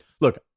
look